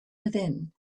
within